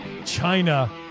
China